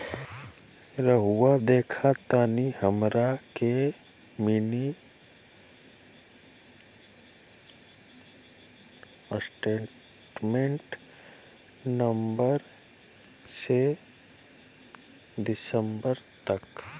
रहुआ देखतानी हमरा के मिनी स्टेटमेंट नवंबर से दिसंबर तक?